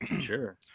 sure